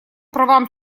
правам